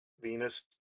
venus